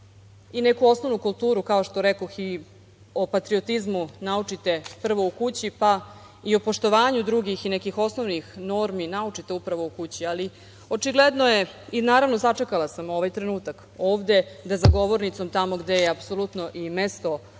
i neku osnovnu kulturu, kao što rekoh, o patriotizmu naučite prvo u kući pa i o poštovanju drugih i nekih osnovnih normi naučite upravo u kući, ali očigledno je i naravno sačekala sam ovaj trenutak ovde da za govornicom tamo gde je apsolutno i mesto ovakvom